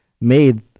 made